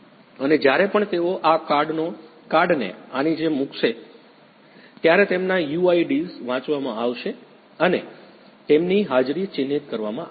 અને જ્યારે પણ તેઓ આ કાર્ડને આની જેમ મૂકશે ત્યારે તેમના UIDs વાંચવામાં આવશે અને તેમની હાજરી ચિહ્નિત કરવામાં આવશે